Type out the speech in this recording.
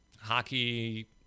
hockey